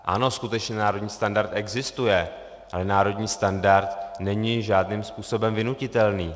Ano, skutečně národní standard existuje, ale národní standard není žádným způsobem vynutitelný.